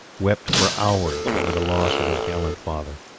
wept for hours over the loss of his gallant father.